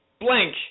blank